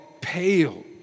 pale